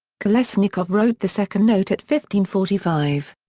kolesnikov wrote the second note at fifteen forty five.